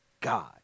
God